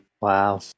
wow